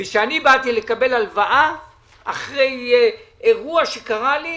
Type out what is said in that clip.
וכשאני באתי לקבל הלוואה אחרי אירוע שקרה לי,